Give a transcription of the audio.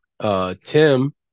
Tim